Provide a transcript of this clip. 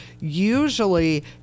Usually